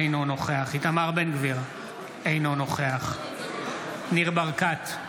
אינו נוכח איתמר בן גביר, אינו נוכח ניר ברקת,